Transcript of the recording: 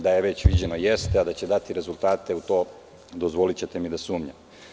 Da je već viđeno, jeste, a da će dati rezultate, u to dozvolićete mi da sumnjam.